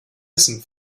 essen